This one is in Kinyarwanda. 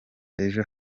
ejo